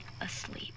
asleep